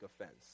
offense